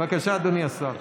בבקשה, אדוני השר.